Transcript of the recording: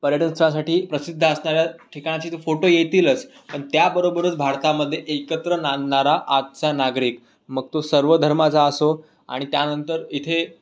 पर्यटनस्थळासाठी प्रसिद्ध असणाऱ्या ठिकाणाचे तर फोटो येतीलच पण त्याबरोबरच भारतामध्ये एकत्र नांदणारा आजचा नागरिक मग तो सर्व धर्माचा असो आणि त्यानंतर इथे